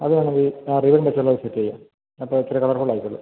അത് വേണമെങ്കിൽ ആ റിബൺ വച്ചുള്ളത് സെറ്റ് ചെയ്യാം അപ്പം ഇച്ചിരി കളർഫുൾ ആയിക്കോളും